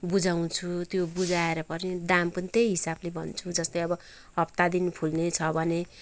बुझाउँछु त्यो बुझाएर पर्ने दाम पनि त्यही हिसाबले भन्छु जस्तै अब हप्ता दिन फुल्ने छ भने